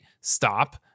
Stop